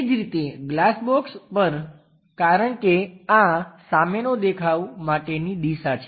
એ જ રીતે glass box પર કારણ કે આ સામેનો દેખાવ માટેની દિશા છે